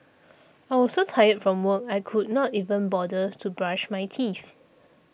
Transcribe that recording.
I was so tired from work I could not even bother to brush my teeth